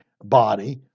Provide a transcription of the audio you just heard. body